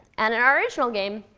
and our original game,